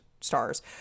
stars